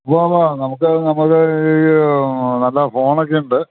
ഉവ്വുവ്വ് നമുക്ക് നമ്മളുടെ ഈ നല്ല ഫോണൊക്കെയുണ്ട്